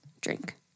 drink